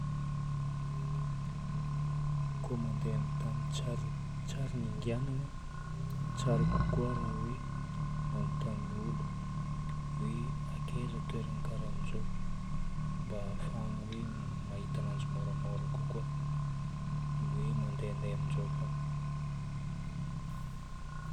Koa mandeha amin'ny tany tsy ary- tsy ary nindianana, tsara kokoa raha hoe magnontany olo hoe akeza toerana karaha an'izao mba hahafahagna hoe mahita ananjy moramora kokoa noho ny hoe mandehandeha amin'izao fôgna.